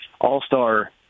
all-star